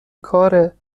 کاره